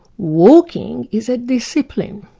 walking is a discipline.